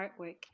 artwork